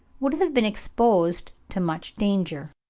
would have been exposed to much danger,